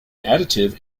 additive